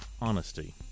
honesty